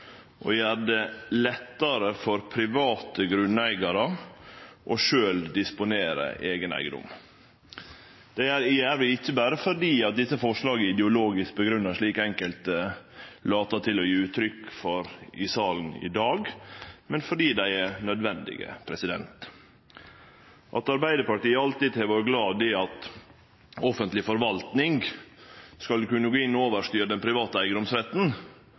å gjere det lettare for private grunneigarar sjølve å disponere eigen eigedom. Det gjer vi ikkje berre fordi desse forslaga er ideologisk grunngjevne, slik enkelte lèt til å gje uttrykk for i salen i dag, men fordi dei er nødvendige. At Arbeidarpartiet alltid har vore glad i at offentleg forvaltning skal kunne gå inn og overstyre den private eigedomsretten,